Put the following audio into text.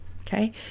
Okay